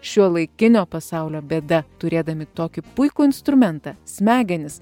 šiuolaikinio pasaulio bėda turėdami tokį puikų instrumentą smegenis